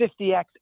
50X